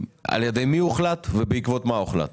על ידי מי הוחלט, ובעקבות מה הוחלט.